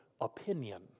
opinion